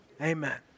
amen